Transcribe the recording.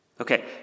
Okay